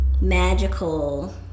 magical